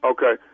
Okay